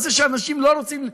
אנשים לא רוצים,